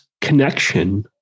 connection